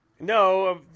No